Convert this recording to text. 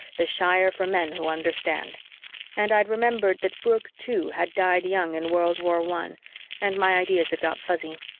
the shire for men who understand and i'd remembered that brooke too had died young in world war one and my ideas had got fuzzy.